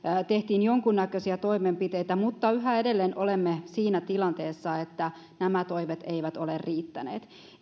tehtiin jonkunnäköisiä toimenpiteitä mutta yhä edelleen olemme siinä tilanteessa että nämä toimet eivät ole riittäneet